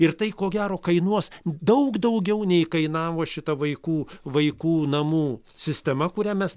ir tai ko gero kainuos daug daugiau nei kainavo šita vaikų vaikų namų sistema kurią mes